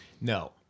No